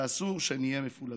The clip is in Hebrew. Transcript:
ואסור שנהיה מפולגים.